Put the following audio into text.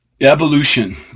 evolution